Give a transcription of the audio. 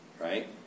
Right